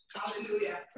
Hallelujah